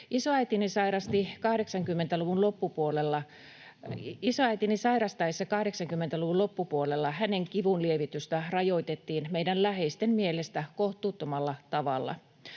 Isoäitini sairastaessa 80-luvun loppupuolella hänen kivunlievitystään rajoitettiin meidän läheisten mielestä kohtuuttomalla tavalla.